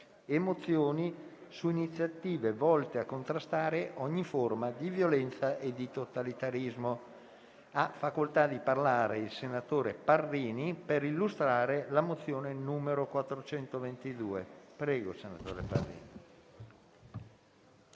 mozioni su iniziative volte a contrastare ogni forma di violenza e di totalitarismo. Ha facoltà di parlare il senatore Parrini per illustrare la mozione n. 422.